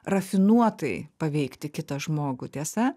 rafinuotai paveikti kitą žmogų tiesa